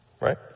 Right